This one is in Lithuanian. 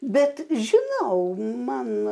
bet žinau man